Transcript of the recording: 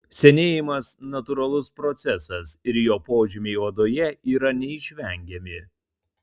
senėjimas natūralus procesas ir jo požymiai odoje yra neišvengiami